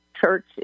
Church